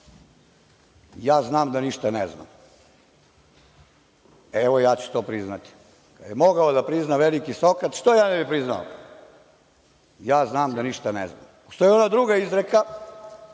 ja znam da ništa ne znam. Evo, ja ću to priznati. Kada je mogao da prizna veliki Sokrat, što ja ne bih priznao? Ja znam da ništa ne znam. Postoji ona druga izreka